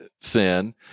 sin